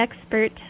expert